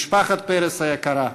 משפחת פרס היקרה,